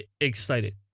excited